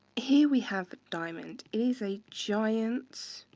here, we have diamond. it is a giant